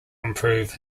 improve